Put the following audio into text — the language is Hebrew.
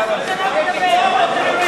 אלה גיבורים או טרוריסטים?